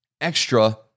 extra